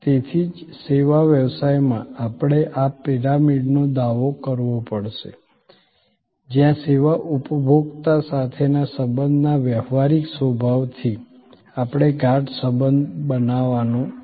તેથી જ સેવા વ્યવસાયમાં આપણે આ પિરામિડનો દાવો કરવો પડશે જ્યાં સેવા ઉપભોક્તા સાથેના સંબંધના વ્યવહારિક સ્વભાવથી આપણે ગાઢ સંબંધ બનાવવાનો છે